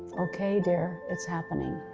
ok dear, it's happening.